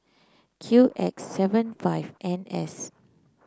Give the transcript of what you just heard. Q X seven five N S